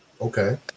Okay